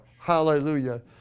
Hallelujah